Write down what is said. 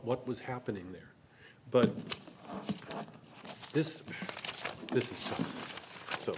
what was happening there but this this is so